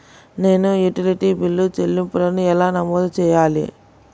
నేను utility bill చెల్లింపులను ఎలా నమోదు చేయాలి?